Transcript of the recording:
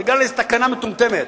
בגלל איזה תקנה מטומטמת.